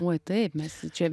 oi taip mes čia